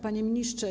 Panie Ministrze!